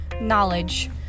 knowledge